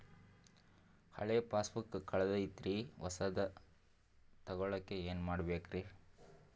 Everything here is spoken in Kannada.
ಹಳೆ ಪಾಸ್ಬುಕ್ ಕಲ್ದೈತ್ರಿ ಹೊಸದ ತಗೊಳಕ್ ಏನ್ ಮಾಡ್ಬೇಕರಿ?